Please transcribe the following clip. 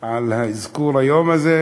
על אזכור היום הזה,